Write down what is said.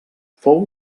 fou